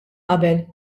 qabel